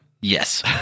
Yes